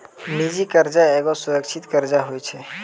निजी कर्जा एगो असुरक्षित कर्जा होय छै